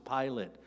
Pilate